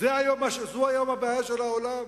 זו היום הבעיה של העולם?